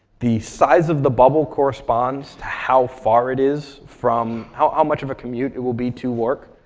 the size of the bubble corresponds to how far it is from how much of a commute it will be to work.